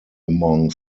among